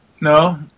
No